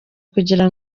kugira